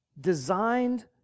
designed